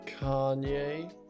kanye